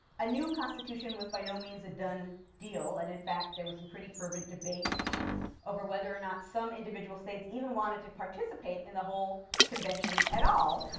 a new constitution was by no means a done deal, and in fact there was some pretty fervent debate over whether or not some individual states even wanted to participate in the whole convention at all.